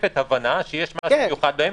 משקפת הבנה שיש משהו מיוחד בהם.